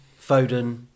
Foden